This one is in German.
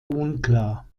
unklar